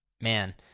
man